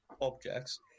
objects